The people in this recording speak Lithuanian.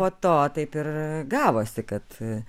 po to taip ir gavosi kad